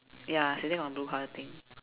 ya sitting on blue colour thing